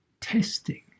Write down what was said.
testing